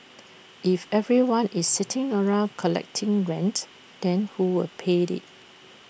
and if everyone is sitting around collecting rent then who will pay IT